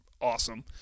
awesome